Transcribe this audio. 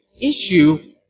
issue